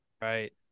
right